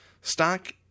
Stock